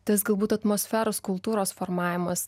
tas galbūt atmosferos kultūros formavimas